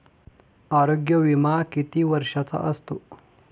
आरोग्य विमा किती वर्षांचा असतो?